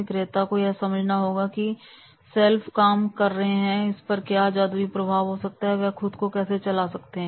विक्रेता को यह समझना होगा कि यह सेल्फ कैसे काम कर रहा है इस पर क्या जादुई प्रभाव हो सकता है और यह खुद को कैसे चला सकता है